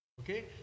Okay